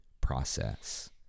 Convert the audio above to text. process